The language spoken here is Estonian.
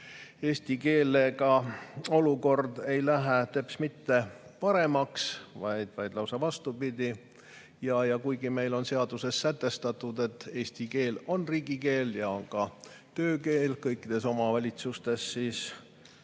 eesti keele olukord teps mitte paremaks, vaid lausa vastupidi. Kuigi meil on seaduses sätestatud, et eesti keel on riigikeel ja ka töökeel kõikides omavalitsustes, ei